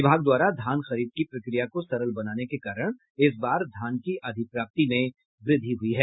विभाग द्वारा धान खरीद की प्रक्रिया को सरल बनाने के कारण इस बार धान की अधिप्राप्ति में वृद्धि हुई है